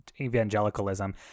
evangelicalism